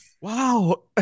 Wow